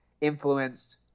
influenced